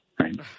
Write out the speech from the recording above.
Right